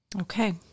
Okay